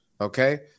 Okay